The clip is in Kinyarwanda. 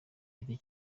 giti